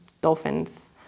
dolphins